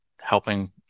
helping